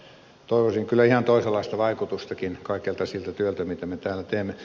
toivoisin kyllä ihan toisenlaista vaikutustakin kaikelta siltä työltä mitä me täällä teemme